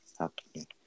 Okay